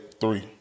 three